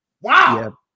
Wow